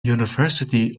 university